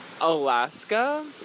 Alaska